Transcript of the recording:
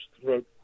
throat